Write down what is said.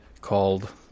called